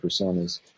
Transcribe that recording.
personas